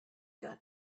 got